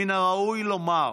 מן הראוי לומר: